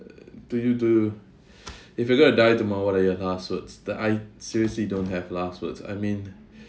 uh do you do you if you are going to die tomorrow what are your last words that I seriously don't have last words I mean